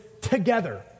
together